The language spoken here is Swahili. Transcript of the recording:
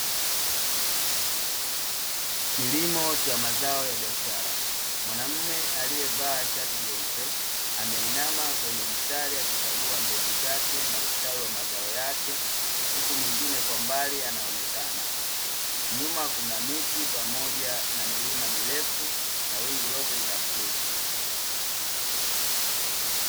Kilimo cha mazao ya biashara, mwanaume aliyevaa shati jeupe, ameinama kwenye mstari akikagua mbegu zake na ustawi wa mazao yake, huku mwingine kwa mbali anaonekana. Nyuma kuna miti, pamoja na milima mirefu na wingu lote ni la bluu.